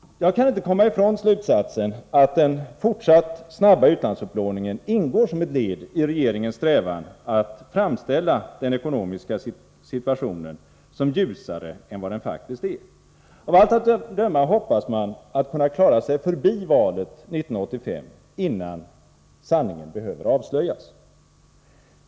Jag kan inte komma ifrån slutsatsen att den fortsatta snabba utlandsupplåningen ingår som ett led i regeringens strävan att framställa den ekonomiska situationen som ljusare än vad den faktiskt är. Av allt att döma hoppas man att kunna klara sig förbi valet 1985, innan sanningen behöver avslöjas.